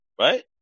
right